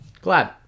Glad